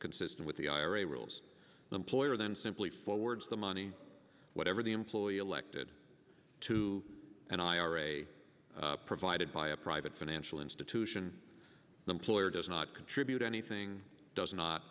consistent with the ira rules employer than simply forwards the money whatever the employee elected to an ira provided by a private financial institution the employer does not contribute anything does not